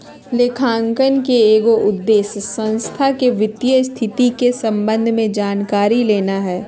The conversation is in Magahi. लेखांकन के एगो उद्देश्य संस्था के वित्तीय स्थिति के संबंध में जानकारी लेना हइ